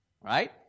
Right